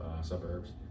suburbs